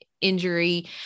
injury